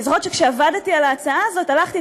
אני זוכרת שכשעבדתי על ההצעה הזאת הלכתי,